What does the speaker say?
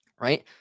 Right